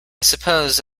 suppose